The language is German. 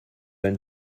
ein